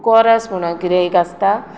कॉरेस्म म्हणून कितें एक आसता